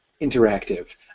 interactive